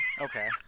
Okay